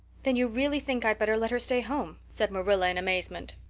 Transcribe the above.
then you really think i'd better let her stay home, said marilla in amazement.